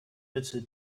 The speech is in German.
bitte